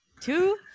two